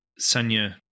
Sanya